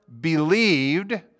believed